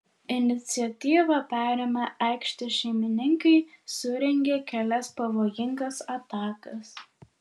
iniciatyvą perėmę aikštės šeimininkai surengė kelias pavojingas atakas